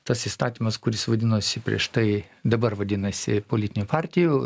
tas įstatymas kuris vadinosi prieš tai dabar vadinasi politinių partijų